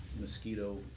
mosquito